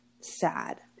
sad